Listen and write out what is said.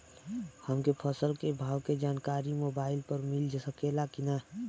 हमके फसल के भाव के जानकारी मोबाइल पर मिल सकेला की ना?